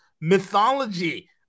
mythology